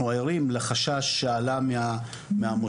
אנחנו ערים לחשש שעלה מהמוסדות.